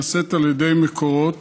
נעשים על ידי מקורות,